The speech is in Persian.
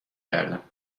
کردم